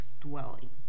dwelling